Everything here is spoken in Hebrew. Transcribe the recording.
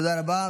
תודה רבה.